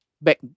back